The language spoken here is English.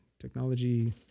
technology